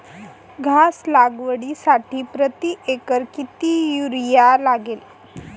घास लागवडीसाठी प्रति एकर किती युरिया लागेल?